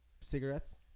cigarettes